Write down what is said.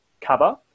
cover